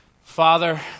Father